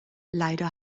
leider